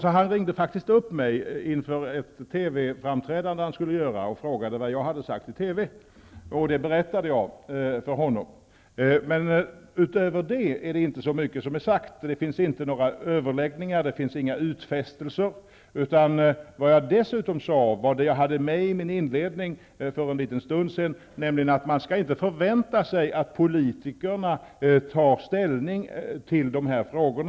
Men han ringde upp mig inför ett TV-framträdande han skulle göra och frågade vad jag hade sagt i TV. Det berättade jag för honom. Utöver det blev inte så mycket sagt. Det finns inga överläggningar eller utfästelser. Vad jag dessutom sade var vad jag hade med i min inledning för en stund sedan, nämligen att man inte skall förvänta sig att politikerna tar ställning till dessa frågor.